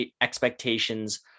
expectations